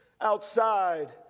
outside